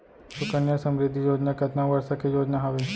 सुकन्या समृद्धि योजना कतना वर्ष के योजना हावे?